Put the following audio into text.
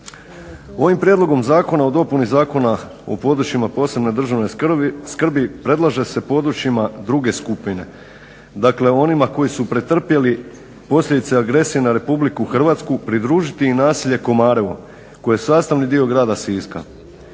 Ovim prijedlogom Zakona o dopuni Zakona o područjima posebne državne skrbi predlaže se područjima druge skupine, dakle onima koji su pretrpjeli posljedice agresije na RH pridružiti i naselje Komarevo koje je sastavni dio Grada Siska.